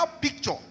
picture